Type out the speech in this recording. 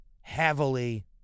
heavily